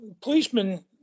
Policemen